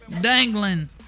dangling